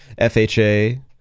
FHA